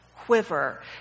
Quiver